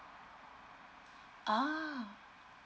oh